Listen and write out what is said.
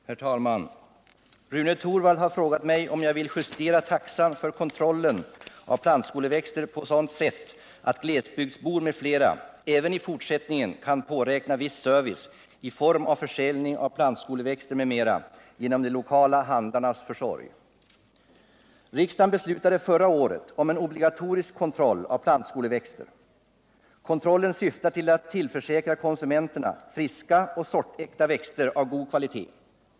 Herr talman! Rune Torwald har frågat mig om jag vill justera taxan för kontrollen av plantskoleväxter på sådant sätt att glesbygdsbor m.fl. även i fortsättningen kan påräkna viss service i form av försäljning av plantskoleväxter m.m. genom de lokala handlarnas försorg. Riksdagen beslutade förra året om en obligatorisk kontroll av plantskoleväxter. Kontrollen syftar till att tillförsäkra konsumenterna friska och sortäkta växter av god kvalitet.